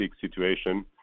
situation